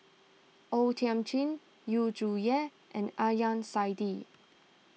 O Thiam Chin Yu Zhuye and Adnan Saidi